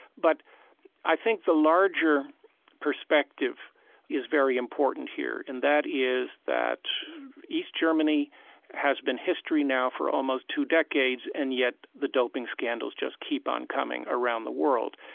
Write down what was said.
but i think the larger perspective is very important here, and that is that east germany has been history now for almost two decades, and yet the doping scandals just keep on coming around the world.